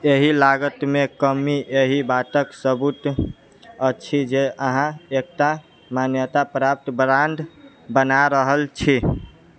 एहि लागतमे कमी एहि बातक सबूत अछि जे अहांँ एकटा मान्यता प्राप्त ब्राण्ड बना रहल छी